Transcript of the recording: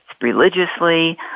religiously